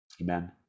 amen